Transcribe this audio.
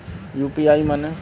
UPI माने?